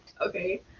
Okay